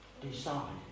decide